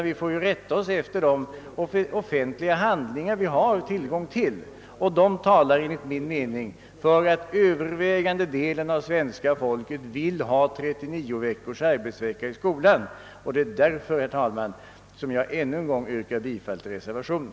Vi får rätta oss efter de offentliga handlingar vi har tillgång till, och de talar enligt min mening för att den övervägande delen av svenska folket vill ha 39 veckors läsår i skolan. Det är därför, herr talman, som jag ännu en gång yrkar bifall till reservationen.